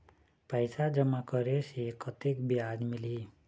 पैसा जमा करे से कतेक ब्याज मिलही?